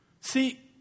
See